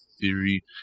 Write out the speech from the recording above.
theory